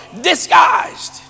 disguised